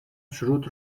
شروط